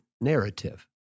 narrative